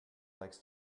likes